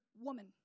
woman